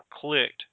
clicked